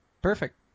Perfect